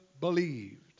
believed